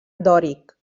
dòric